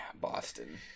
Boston